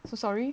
so sorry